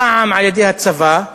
פעם על-ידי הצבא,